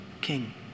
king